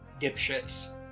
dipshits